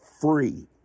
Free